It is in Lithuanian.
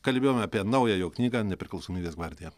kalbėjome apie naują jo knygą nepriklausomybės gvardija